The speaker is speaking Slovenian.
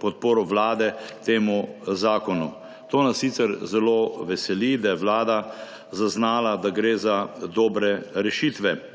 podporo Vlade temu zakonu. Nas sicer zelo veseli to, da je Vlada zaznala, da gre za dobre rešitve.